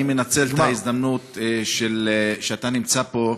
אני מנצל את ההזדמנות שאתה נמצא פה,